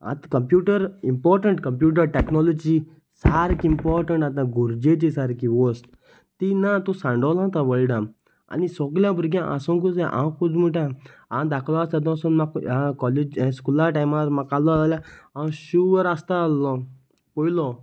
आतां computer important computer technology सारकी important आतां गोरजेची सारकी वस्त ती ना तूं सांडोलो तूं वर्डांत आनी सगल्या भुरग्यां आसंकूच जाय हांव कूद म्हणुटा हांव धाकलो आसता तेदोसून म्हाका कॉलेज स्कुला टायमार म्हाका आलो जाल्यार हांव शुवर आसता आसलो पयलो